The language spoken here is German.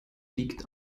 liegt